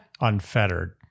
unfettered